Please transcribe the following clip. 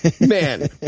man